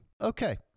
Okay